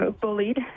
bullied